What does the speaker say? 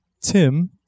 Tim